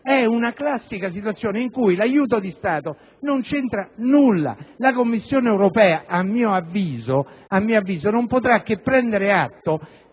di una classica situazione in cui l'aiuto di Stato non c'entra nulla. La Commissione europea a mio avviso non potrà che prendere atto